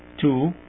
two